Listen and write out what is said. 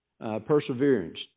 perseverance